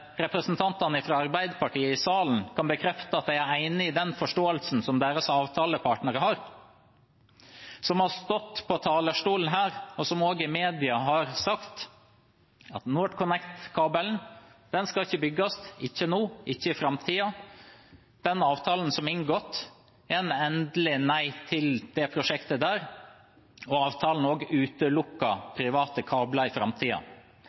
representantene fra Arbeiderpartiet i salen kunne bekrefte at de er enige i den forståelsen som deres avtalepartnere har – som har stått på talerstolen her og også i media har sagt at NorthConnect-kabelen ikke skal bygges, ikke nå, ikke i framtiden. Den avtalen som er inngått, er et endelig nei til det prosjektet. Avtalen utelukker også private kabler i